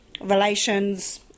relations